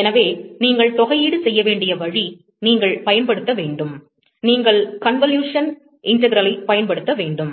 எனவே நீங்கள் தொகையீடு செய்யவேண்டிய வழி நீங்கள் பயன்படுத்த வேண்டும் நீங்கள் கன்வல்யூஷன் இன்டெக்ரலைப் பயன்படுத்த வேண்டும்